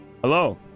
hello